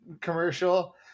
commercial